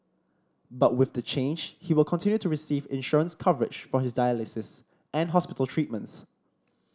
but with the change he will continue to receive insurance coverage for his dialysis and hospital treatments